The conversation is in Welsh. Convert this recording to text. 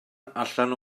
allan